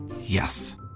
Yes